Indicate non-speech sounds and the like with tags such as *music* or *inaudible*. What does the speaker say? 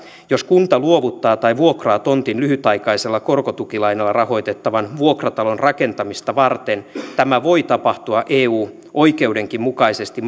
jos kunta luovuttaa tai vuokraa tontin lyhytaikaisella korkotukilainalla rahoitettavan vuokratalon rakentamista varten tämä voi tapahtua eu oikeudenkin mukaisesti *unintelligible*